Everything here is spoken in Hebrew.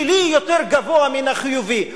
שלילי יותר גבוה מן החיובי.